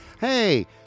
Hey